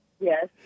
Yes